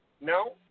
no